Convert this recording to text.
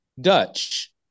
Dutch